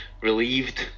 relieved